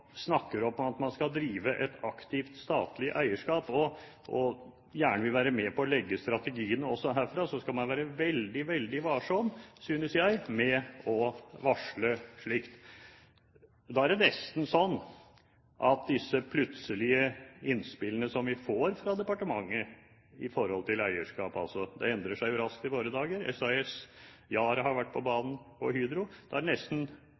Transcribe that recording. snakker om at man skal drive et aktivt statlig eierskap, og som gjerne vil være med på å legge strategiene også herfra. Da skal man være veldig, veldig varsom, synes jeg, med å varsle slikt. Da er det nesten sånn at det er bedre at disse innspillene som vi får fra departementet med hensyn til eierskap – og det endrer seg jo raskt i våre dager, SAS, Yara, Hydro har vært på